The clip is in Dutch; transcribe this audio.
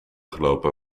gelopen